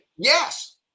Yes